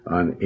on